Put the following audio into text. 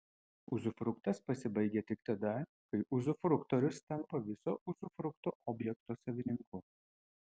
uzufruktas pasibaigia tik tada kai uzufruktorius tampa viso uzufrukto objekto savininku